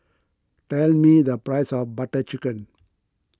tell me the price of Butter Chicken